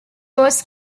was